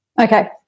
Okay